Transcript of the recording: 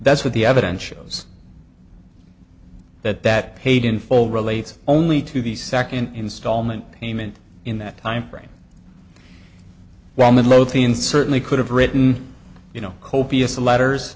that's what the evidence shows that that paid in full relates only to the second installment payment in that time frame while midlothian certainly could have written you know copious letters